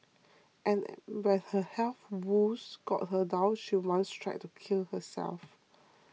and when her health woes got her down she once tried to kill herself